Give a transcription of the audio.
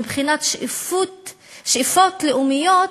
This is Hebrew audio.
מבחינת שאיפות לאומיות,